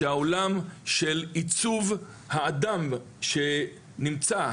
שהעולם של עיצוב האדם שנמצא,